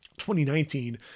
2019